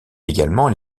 également